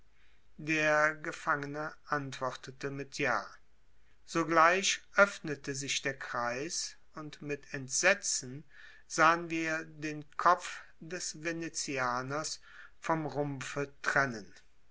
der gefangene antwortete mit ja sogleich öffnete sich der kreis und mit entsetzen sahen wir den kopf des venezianers vom rumpfe trennen